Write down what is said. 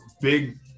big